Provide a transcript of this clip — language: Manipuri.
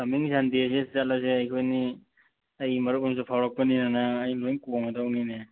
ꯀꯃꯤꯡ ꯁꯟꯗꯦꯁꯤꯗ ꯆꯠꯂꯁꯦ ꯑꯩꯈꯣꯏ ꯑꯅꯤ ꯑꯩ ꯃꯔꯨꯞ ꯑꯃꯁꯨ ꯐꯥꯎꯔꯛꯄꯅꯤꯅꯅꯦ ꯑꯩꯅ ꯂꯣꯏ ꯀꯣꯡꯉꯗꯧꯅꯤꯅꯦ